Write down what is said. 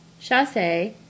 chasse